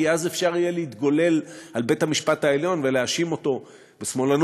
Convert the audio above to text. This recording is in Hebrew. כי אז יהיה אפשר להתגולל על בית-המשפט העליון ולהאשים אותו בשמאלנות,